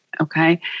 Okay